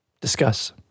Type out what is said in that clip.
Discuss